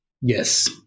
Yes